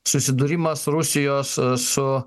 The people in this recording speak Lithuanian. susidūrimas rusijos su